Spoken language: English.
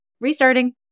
Restarting